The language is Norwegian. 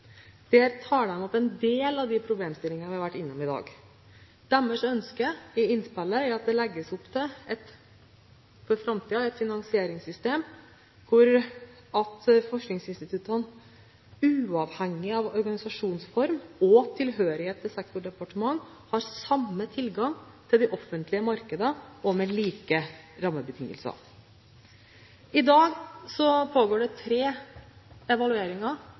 Der tar de opp en del av de problemstillingene vi har vært innom i dag. Deres ønske er at det for framtiden blir lagt opp til et finansieringssystem hvor forskningsinstituttene uavhengig av organisasjonsform og tilhørighet til sektordepartement har samme tilgang til de offentlige markedene og med like rammebetingelser. I dag pågår det tre evalueringer